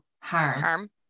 harm